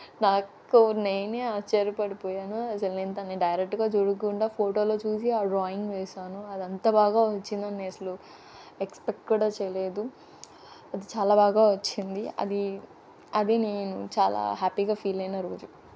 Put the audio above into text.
నాకు నేనే ఆశ్చర్య పడిపోయాను అసలు నేను తనని డైరెక్ట్గా చూడకుండా ఫోటోలో చూసి ఆ డ్రాయింగ్ వేసాను అది అంత బాగా వచ్చిందని నేను అసలు ఎక్స్పెక్ట్ కూడా చేయలేదు అది చాలా బాగా వచ్చింది అది అది నేను చాలా హ్యాపీగా ఫీల్ అయిన రోజు